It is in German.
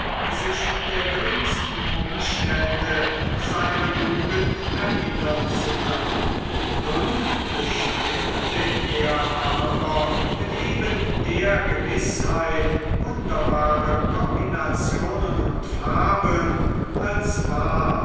sich der geringsten umstände seiner jugend erinnern zu können nun bestimmte er aber mit eben der gewißheit wunderbare kombinationen und fabeln als wahr